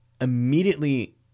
immediately